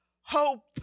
Hope